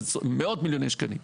על מאות מיליוני שקלים.